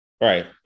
right